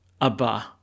Abba